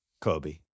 Kobe